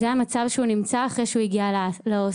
זה המצב שהוא נמצא אחרי שהוא הגיע להוסטל.